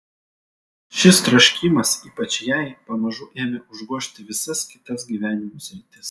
šis troškimas ypač jai pamažu ėmė užgožti visas kitas gyvenimo sritis